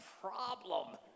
problem